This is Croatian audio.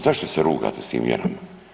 Zašto se rugate s tim mjerama?